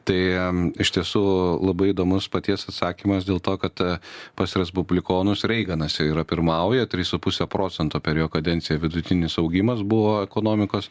tai iš tiesų labai įdomus paties atsakymas dėl to kad pas respublikonus reiganas yra pirmauja trys su puse procento per jo kadenciją vidutinis augimas buvo ekonomikos